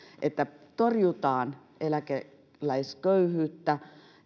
että torjutaan eläkeläisköyhyyttä